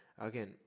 again